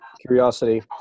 curiosity